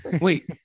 Wait